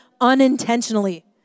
unintentionally